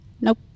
nope